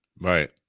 Right